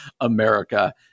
america